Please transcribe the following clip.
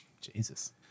Jesus